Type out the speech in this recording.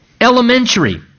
Elementary